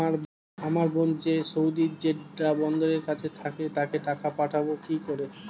আমার বোন যে সৌদির জেড্ডা বন্দরের কাছে থাকে তাকে টাকা পাঠাবো কি করে?